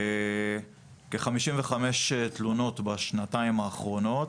כ-55 תלונות בשנתיים האחרונות,